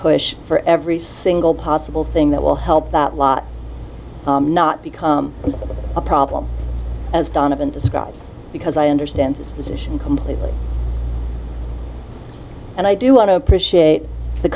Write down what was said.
push for every single possible thing that will help that lot not become a problem as donovan described because i understand his position completely and i do want to appreciate the